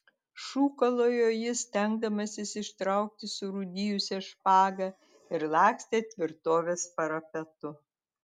šūkalojo jis stengdamasis ištraukti surūdijusią špagą ir lakstė tvirtovės parapetu